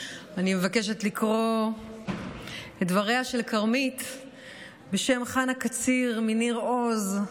אני מבקשת לקרוא את דבריה של כרמית בשם חנה קציר מניר עוז,